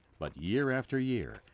but year after year,